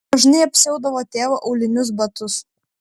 dažnai apsiaudavo tėvo aulinius batus